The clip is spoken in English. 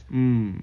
mm